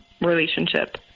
relationship